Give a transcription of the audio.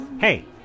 Hey